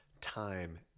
time